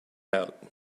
out